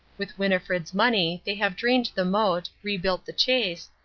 with winnifred's money they have drained the moat, rebuilt the chase,